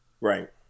right